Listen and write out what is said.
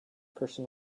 person